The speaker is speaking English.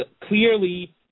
clearly